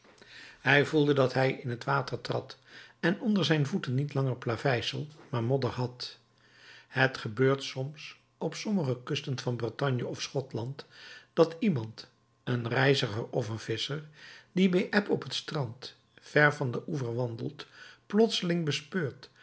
hij voelde dat hij in het water trad en onder zijn voeten niet langer plaveisel maar modder had het gebeurt soms op sommige kusten van bretagne of schotland dat iemand een reiziger of een visscher die bij eb op het strand ver van den oever wandelt plotseling bespeurt